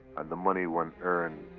and the money one earns,